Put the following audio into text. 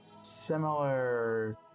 similar